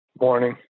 Morning